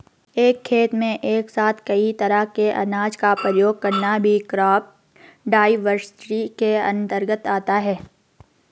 एक खेत में एक साथ कई तरह के अनाज का प्रयोग करना भी क्रॉप डाइवर्सिटी के अंतर्गत आता है